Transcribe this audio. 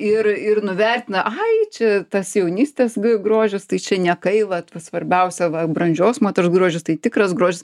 ir ir nuvertina ai čia tas jaunystės g grožis tai čia niekai vat va svarbiausia brandžios moters grožis tai tikras grožis